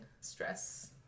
Stress